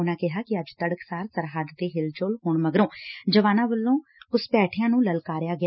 ਉਨੂਾ ਕਿਹਾ ਕਿ ਅੱਜ ਤੜਕਸਾਰ ਸਰਹੱਦ ਤੇ ਹਿੱਲਜੁਲ ਹੋਣ ਮਗਰੋਂ ਜਵਾਨਾਂ ਵੱਲੋਂ ਘੁਸਪੈਠੀਆਂ ਨੂੰ ਲਲਕਾਰਿਆ ਗਿਆ